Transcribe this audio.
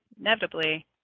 inevitably